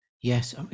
Yes